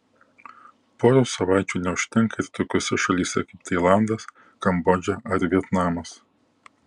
poros savaičių neužtenka ir tokiose šalyse kaip tailandas kambodža ar vietnamas